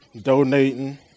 Donating